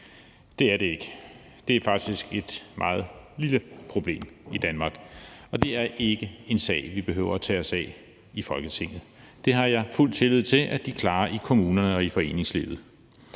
Det er det ikke. Det er faktisk et meget lille problem i Danmark, og det er ikke en sag, vi behøver at tage os af i Folketinget. Det har jeg fuld tillid til at de klarer i kommunerne og i foreningslivet.